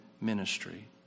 ministry